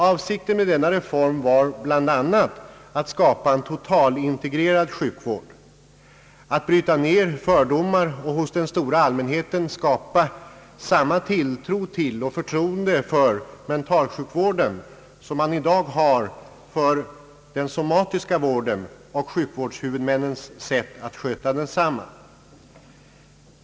Avsikten med denna reform var bl.a. att skapa en totalintegrerad sjukvård, att bryta ned fördomar och hos den stora allmänheten skapa samma tilltro till och förtroende för mentalsjukvården som man i dag har för den somatiska vården och sjukvårdshuvudmännens sätt att sköta densamma.